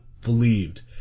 believed